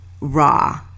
raw